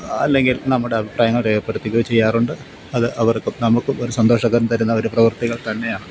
അല്ലെങ്കിൽ നമ്മുടെ അഭിപ്രായങ്ങൾ രേഖപ്പെടുത്തുകയോ ചെയ്യാറുണ്ട് അത് അവർക്കും നമുക്കും ഒരു സന്തോഷം തരുന്ന ഒരു പ്രവർത്തികൾ തന്നെയാണ്